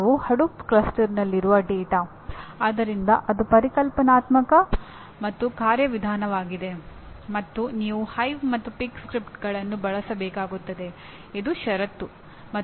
ನೀವು ಕೆಲಸದಲ್ಲಿ ಇಚ್ಚಾಶಕ್ತಿ ಹಾಗೂ ಕಲಿಕೆಯ ಸಾಮರ್ಥ್ಯವನ್ನು ಹೊಂದಿರುವುದು ಬಹಳ ಆವಶ್ಯಕವಾಗಿದೆ